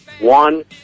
One